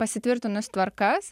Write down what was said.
pasitvirtinus tvarkas